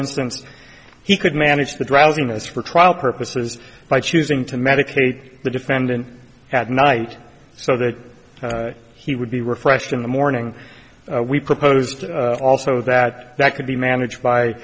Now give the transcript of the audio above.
instance he could manage the drowsiness for trial purposes by choosing to medicate the defendant had night so that he would be refreshing the morning we proposed also that that could be managed